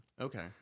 Okay